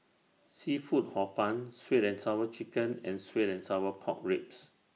Seafood Hor Fun Sweet and Sour Chicken and Sweet and Sour Pork Ribs